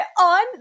on